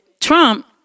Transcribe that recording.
Trump